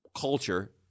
culture